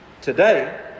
today